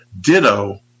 Ditto